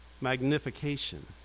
magnification